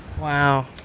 Wow